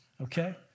okay